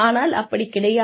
ஆனால் அப்படி கிடையாது